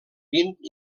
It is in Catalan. vint